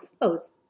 clothes